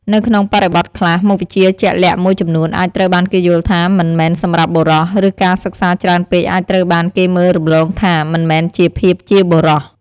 នៅក្នុងបរិបទខ្លះ មុខវិជ្ជាជាក់លាក់មួយចំនួនអាចត្រូវបានគេយល់ថា "មិនមែនសម្រាប់បុរស" ឬការសិក្សាច្រើនពេកអាចត្រូវបានគេមើលរំលងថា "មិនមែនជាភាពជាបុរស" ។